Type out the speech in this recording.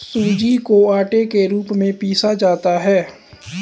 सूजी को आटे के रूप में पीसा जाता है